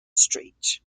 street